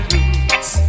Roots